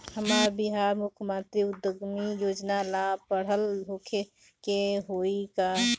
हमरा बिहार मुख्यमंत्री उद्यमी योजना ला पढ़ल होखे के होई का?